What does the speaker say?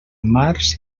març